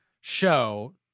show